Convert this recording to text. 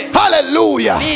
hallelujah